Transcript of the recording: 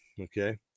Okay